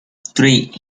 three